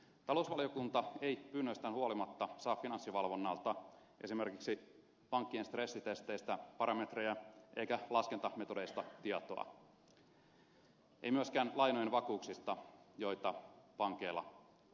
talousvaliokunta ei pyynnöistään huolimatta saa finanssivalvonnalta esimerkiksi pankkien stressitesteistä parametreja eikä laskentametodeista tietoa ei myöskään lainojen vakuuksista joita pankeilla on